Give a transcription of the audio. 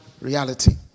reality